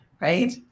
right